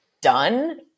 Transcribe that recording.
done